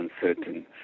uncertain